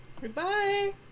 Goodbye